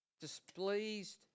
displeased